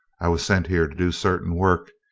i was sent here to do certain work,